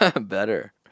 Better